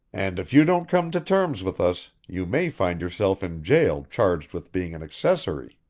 and if you don't come to terms with us, you may find yourself in jail charged with being an accessory.